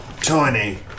tiny